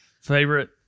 Favorite